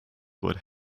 would